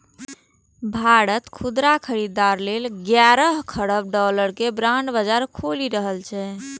भारत खुदरा खरीदार लेल ग्यारह खरब डॉलर के बांड बाजार खोलि रहल छै